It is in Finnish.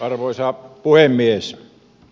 arvoisa puhemies